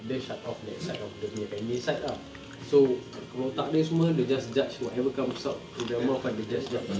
dia shut off that side of dia punya feminist side ah so kepala otak dia semua dia just judge whatever comes up to their mouth kan dia just judge